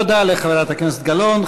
תודה לחברת הכנסת גלאון.